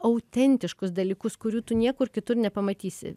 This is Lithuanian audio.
autentiškus dalykus kurių tu niekur kitur nepamatysi